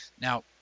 now